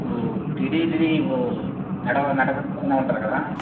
ఇప్పుడూ టీడిటీదీ ఇప్పుడూ నడా నడక ఉంటుంది కదా